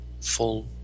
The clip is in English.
full